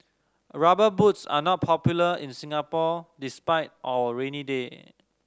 Rubber Boots are not popular in Singapore despite our rainy day